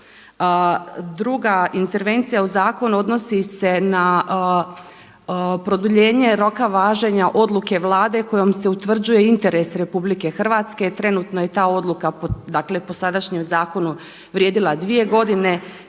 Druga intervencija u zakonu odnosi se na produljenje roka važenja odluke Vlade kojom se utvrđuje interes RH, trenutno je ta odluka, dakle po sadašnjem zakonu vrijedila 2 godine